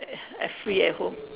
a~ at free at home